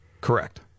correct